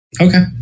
Okay